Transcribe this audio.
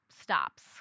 stops